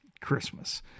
Christmas